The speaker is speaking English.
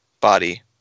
body